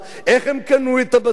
איך הם קנו את הבתים,